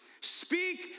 Speak